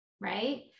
right